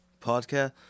podcast